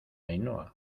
ainhoa